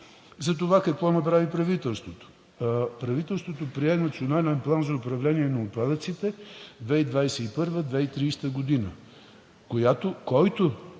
Затова какво направи правителството? Правителството прие Национален план за управление на отпадъците 2021 – 2030 г., който